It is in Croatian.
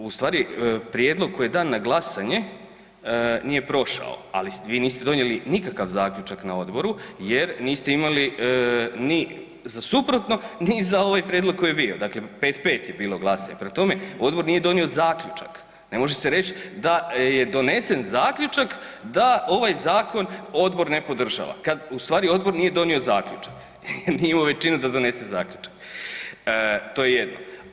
Pa ustvari prijedlog koji je dan na glasanje nije prošao ali vi niste donijeli nikakav zaključak na odboru jer niste imali ni za suprotno ni za ovaj prijedlog koji je bio, dakle 5-5 je bilo glasova, prema tome odbor nije donio zaključak, ne možete reć da je donesen zaključak da ovaj zakon odbor ne podržava kad ustvari odbor nije donio zaključak, nije imao većinu da donese zaključak, to je jedno.